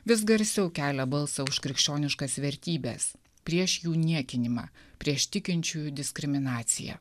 vis garsiau kelia balsą už krikščioniškas vertybes prieš jų niekinimą prieš tikinčiųjų diskriminaciją